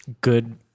good